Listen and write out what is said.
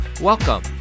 welcome